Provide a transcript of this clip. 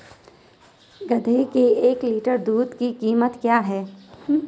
गधे के एक लीटर दूध की कीमत क्या है?